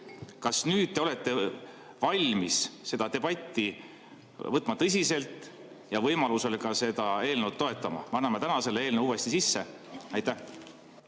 Kas nüüd te olete valmis seda debatti võtma tõsiselt ja võimaluse korral ka seda eelnõu toetama? Me anname täna selle eelnõu uuesti sisse. Aitäh!